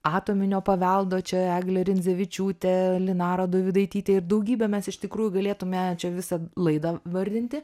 atominio paveldo čia eglė rindzevičiūtė linara dovydaitytė ir daugybę mes iš tikrųjų galėtume čia visą laidą vardinti